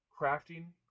crafting